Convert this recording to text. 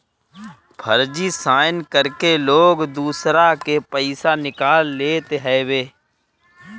फर्जी साइन करके लोग दूसरा के पईसा निकाल लेत हवे